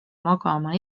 magama